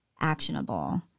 actionable